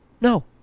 No